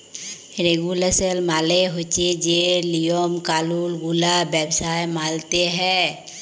রেগুলেসল মালে হছে যে লিয়ম কালুল গুলা ব্যবসায় মালতে হ্যয়